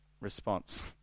response